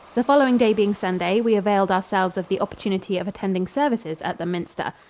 the following day being sunday, we availed ourselves of the opportunity of attending services at the minster.